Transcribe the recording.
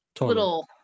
little